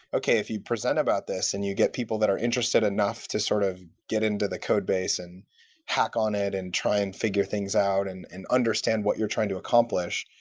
okay, if you present about this and you get people that are interested enough to sort of get into the codebase and hack on it and try and figure things out and and understand what you're trying to accomplish,